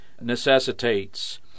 necessitates